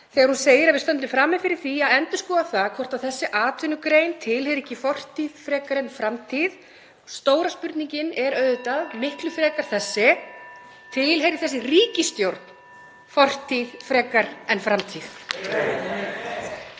þegar hún segir að við stöndum frammi fyrir því að endurskoða það hvort þessi atvinnugrein tilheyri ekki fortíð frekar en framtíð. Stóra spurningin er auðvitað (Forseti hringir.) miklu frekar þessi: Tilheyrir þessi ríkisstjórn fortíð frekar en framtíð?